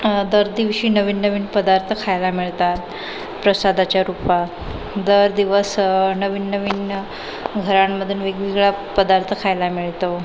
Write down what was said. दर दिवशी नवीन नवीन पदार्थ खायला मिळतात प्रसादाच्या रूपात दर दिवस नवीन नवीन घरांमधून वेगवेगळा पदार्थ खायला मिळतो